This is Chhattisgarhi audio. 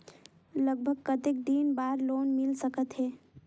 लगभग कतेक दिन बार लोन मिल सकत हे?